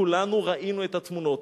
כולנו ראינו את התמונות.